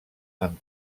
amb